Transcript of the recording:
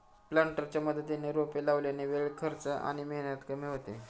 प्लांटरच्या मदतीने रोपे लावल्याने वेळ, खर्च आणि मेहनत कमी होते